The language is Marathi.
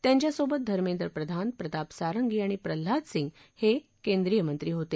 त्यांच्यासोबत धर्मेद्र पधान प्रताप सारंगी आणि प्रल्हाद सिंग हे केंद्रीय मंत्री होते